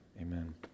amen